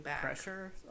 pressure